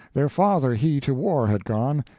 their father he to war had gone,